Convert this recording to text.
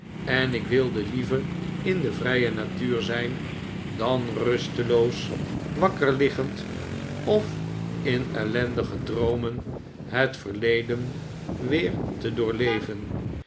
en ik wilde liever in de vrije natuur zijn dan rusteloos wakker liggend of in ellendige droomen het verleden weer te